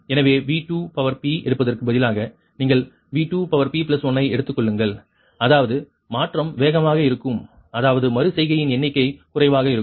எனவே V2 எடுப்பதற்கு பதிலாக நீங்கள் V2p1 ஐ எடுத்துக்கொள்ளுங்கள் அதாவது மாற்றம் வேகமாக இருக்கும் அதாவது மறு செய்கையின் எண்ணிக்கை குறைவாக இருக்கும்